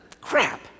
Crap